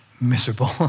miserable